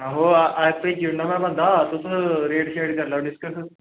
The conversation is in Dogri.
आं अज्ज भेजी ओड़ना बंदा तुस रेट करी लैओ डिस्कस